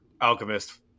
Alchemist